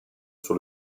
sur